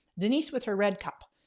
denise with her red cup.